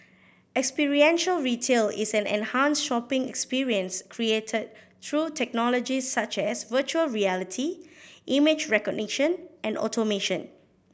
experiential retail is an enhanced shopping experience created through technologies such as virtual reality image recognition and automation